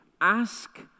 Ask